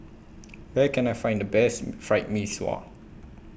Where Can I Find The Best Fried Mee Sua